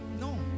no